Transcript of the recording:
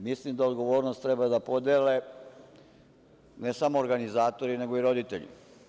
Mislim da odgovornost treba da podele ne samo organizatori, nego i roditelji.